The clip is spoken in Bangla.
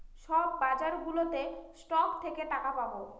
সব বাজারগুলোতে স্টক থেকে টাকা পাবো